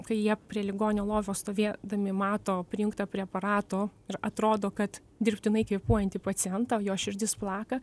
kai jie prie ligonio lovos stovėdami mato prijungtą prie aparatų ir atrodo kad dirbtinai kvėpuojantį pacientą o jo širdis plaka